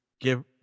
give